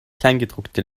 kleingedruckte